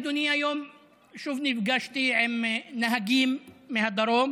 אדוני היושב-ראש: היום שוב נפגשתי עם נהגים מהדרום